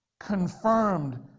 confirmed